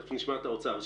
תיכף נשמע את האוצר.